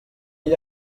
ell